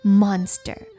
monster